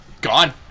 gone